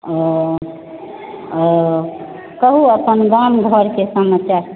ओ ओ कहु अपन गाम घरके समाचार